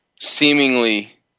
seemingly